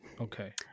Okay